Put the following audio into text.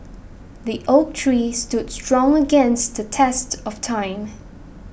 the oak tree stood strong against the test of time